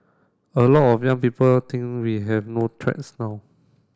a lot of young people think we have no threats now